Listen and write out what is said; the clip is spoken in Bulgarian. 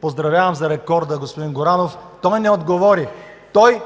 поздравявам за рекорда господин Горанов – той не отговори.